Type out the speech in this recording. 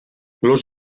los